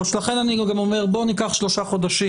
ולכן אני גם אומר: בואו ניקח שלושה חודשים.